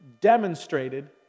demonstrated